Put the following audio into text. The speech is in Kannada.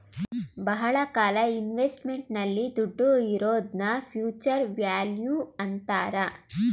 ಬಹಳ ಕಾಲ ಇನ್ವೆಸ್ಟ್ಮೆಂಟ್ ನಲ್ಲಿ ದುಡ್ಡು ಇರೋದ್ನ ಫ್ಯೂಚರ್ ವ್ಯಾಲ್ಯೂ ಅಂತಾರೆ